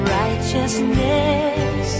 righteousness